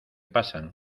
pasan